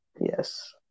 Yes